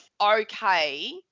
okay